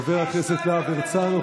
חבר הכנסת להב הרצנו,